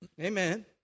Amen